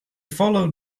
followed